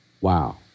wow